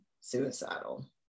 suicidal